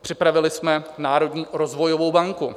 Připravili jsme Národní rozvojovou banku.